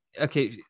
okay